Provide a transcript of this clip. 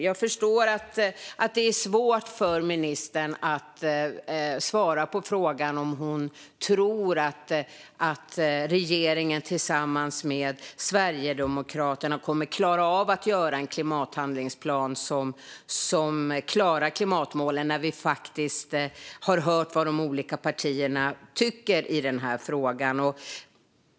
Jag förstår att det är svårt för ministern att svara på frågan om hon tror att regeringen tillsammans med Sverigedemokraterna kommer att klara av att göra en klimathandlingsplan som klarar klimatmålen när vi faktiskt har hört vad de olika partierna tycker i den här frågan.